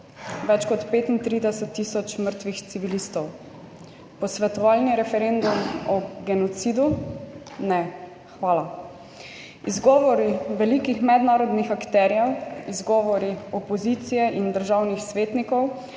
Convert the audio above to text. več kot 35 tisoč mrtvih civilistov. Posvetovalni referendum o genocidu? Ne, hvala. Izgovori velikih mednarodnih akterjev, izgovori opozicije in državnih svetnikov,